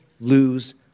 lose